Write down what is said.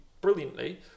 brilliantly